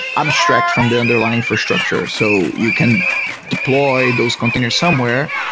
abstract from the underlying infrastructure so you can deploy those containers somewhere,